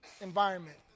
environment